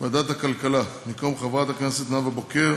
בוועדת הכלכלה, במקום חברת הכנסת נאוה בוקר